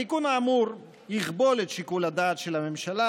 התיקון האמור יכבול את שיקול הדעת של הממשלה,